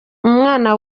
umwana